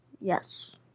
yes